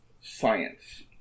science